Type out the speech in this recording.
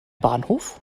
bahnhof